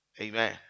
amen